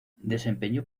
desempeñó